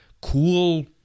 cool